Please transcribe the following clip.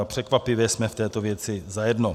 Překvapivě jsme v této věci zajedno.